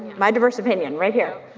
my diverse opinion, right here.